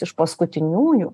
iš paskutiniųjų